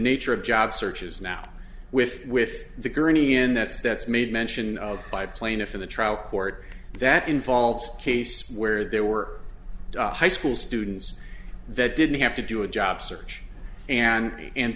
nature of job searches now with with the gurney and that's that's made mention of by plaintiff in the trial court that involved case where there were high school students that didn't have to do a job search and and